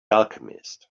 alchemist